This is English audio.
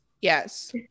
Yes